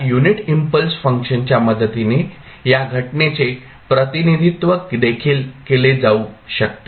या unit impulse फंक्शनच्या मदतीने या घटनेचे प्रतिनिधित्व देखील केले जाऊ शकते